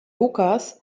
hookahs